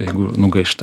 jeigu nugaišta